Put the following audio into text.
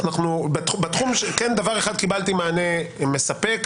בדבר אחד כן קיבלתי מענה מספק,